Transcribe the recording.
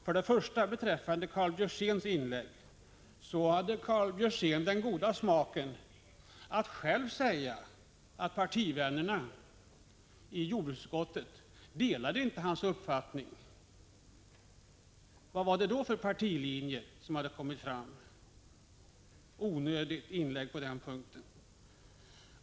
Vad till att börja med gäller Karl Björzéns inlägg hade han den goda smaken att själv säga att partivän nerna i jordbruksutskottet inte delar hans uppfattning. Vilka partilinjer är det som mot den bakgrunden har kommit fram, Karl Erik Olsson? Det var alltså ett onödigt inlägg på den punkten.